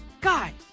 Guys